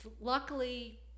luckily